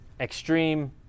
Extreme